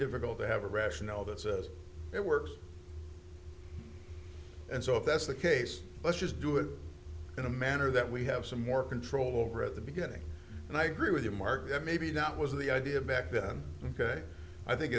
difficult to have a rationale that says it works and so if that's the case let's just do it in a manner that we have some more control over at the beginning and i agree with you mark that maybe not was the idea back then ok i think